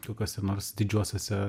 kokiuose nors didžiuosiuose